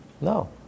No